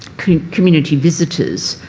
community visitors.